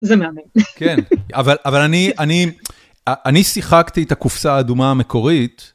זה מהמם. כן, אבל אני שיחקתי את הקופסא האדומה המקורית.